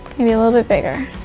maybe a little bit bigger.